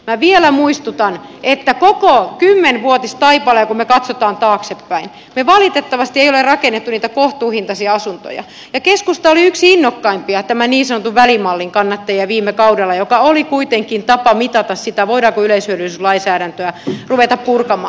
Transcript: minä vielä muistutan että koko kymmenvuotistaipaleella kun me katsomme taaksepäin me valitettavasti emme ole rakentaneet niitä kohtuuhintaisia asuntoja ja keskusta oli yksi innokkaimpia tämän niin sanotun välimallin kannattajia viime kaudella ja se oli kuitenkin tapa mitata sitä voidaanko yleishyödyllisyyslainsäädäntöä ruveta purkamaan